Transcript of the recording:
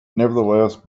nevertheless